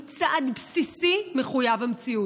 הוא צעד בסיסי מחויב המציאות.